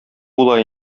була